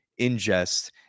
ingest